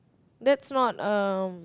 that's not um